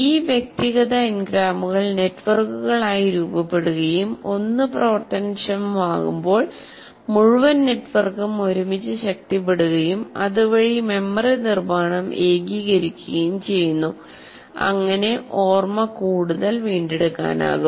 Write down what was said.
ഈ വ്യക്തിഗത എൻഗ്രാമുകൾ നെറ്റ്വർക്കുകൾ ആയി രൂപപ്പെടുകയും ഒന്ന് പ്രവർത്തനക്ഷമമാകുമ്പോൾ മുഴുവൻ നെറ്റ്വർക്കും ഒരുമിച്ച് ശക്തിപ്പെടുത്തുകയും അതുവഴി മെമ്മറി നിർമ്മാണം ഏകീകരിക്കുകയും ചെയ്യുന്നു അങ്ങിനെ ഓർമ്മ കൂടുതൽ വീണ്ടെടുക്കാനാകും